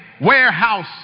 warehouse